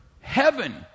heaven